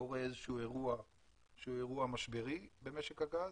קורה איזשהו אירוע משברי כזה או אחר במשק הגז.